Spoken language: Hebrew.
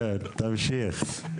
תמשיך.